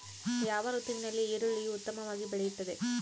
ಯಾವ ಋತುವಿನಲ್ಲಿ ಈರುಳ್ಳಿಯು ಉತ್ತಮವಾಗಿ ಬೆಳೆಯುತ್ತದೆ?